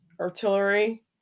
artillery